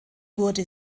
wurde